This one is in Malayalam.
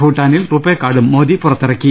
ഭൂട്ടാ നിൽ റുപെ കാർഡും മോദി പുറത്തിറക്കി